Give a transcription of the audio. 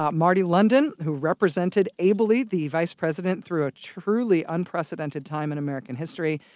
um marty london, who represented ably the vice president through a truly unprecedented time in american history.